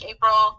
April